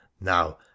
Now